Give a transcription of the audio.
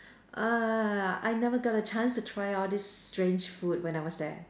uh I never get a chance to try all this strange food when I was there